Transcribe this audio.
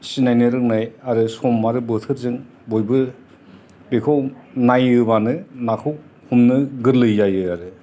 सिनायनो रोंनाय आरो सम आरो बोथोरजों बयबो बेखौ नायोबानो नाखौ हमनो गोरलै जायो आरो